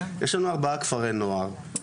יש לנו ארבעה כפרי נוער.